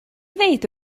ddweud